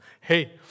Hey